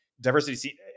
diversity